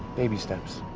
baby steps.